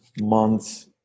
months